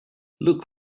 look